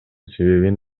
себебин